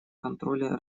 контроле